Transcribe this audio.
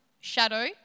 shadow